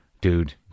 Dude